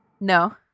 No